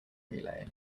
relay